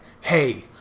hey